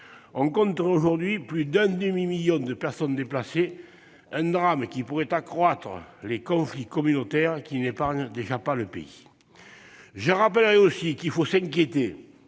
On compterait aujourd'hui plus d'un demi-million de personnes déplacées, un drame qui pourrait accroître les conflits communautaires qui n'épargnent déjà pas le pays. Je rappellerai aussi qu'il faut s'inquiéter